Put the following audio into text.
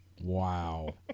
Wow